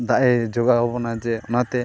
ᱫᱟᱜᱼᱮ ᱡᱚᱜᱟᱣᱟᱵᱚᱱᱟᱭ ᱡᱮ ᱚᱱᱟᱛᱮ